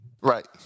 Right